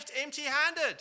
empty-handed